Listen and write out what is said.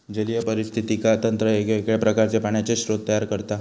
जलीय पारिस्थितिकी तंत्र वेगवेगळ्या प्रकारचे पाण्याचे स्रोत तयार करता